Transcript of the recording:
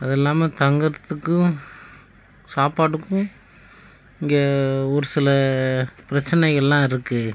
அது இல்லாமல் தங்குறதுக்கும் சாப்பாட்டுக்கும் இங்கே ஒரு சில பிரச்சினைகளெலாம் இருக்குது